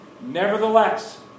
nevertheless